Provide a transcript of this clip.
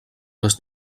les